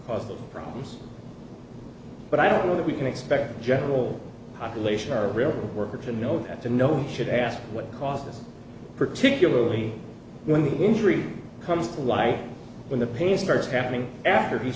them problems but i don't know that we can expect the general population are real worker to know that to know should ask what caused this particularly when the injury comes to life when the pain starts happening after he's